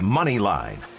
Moneyline